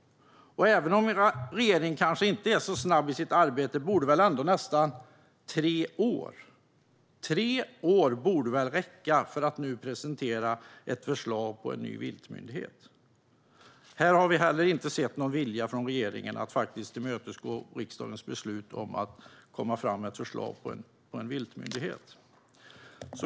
Även om regeringen kanske inte är så snabb i sitt arbete borde väl ändå nästan tre år räcka för att nu presentera ett förslag på en ny viltmyndighet? Här har vi inte heller sett någon vilja från regeringen att faktiskt tillmötesgå riksdagens beslut om att lägga fram ett förslag om en viltmyndighet.